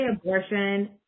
abortion